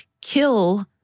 kill